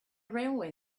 railway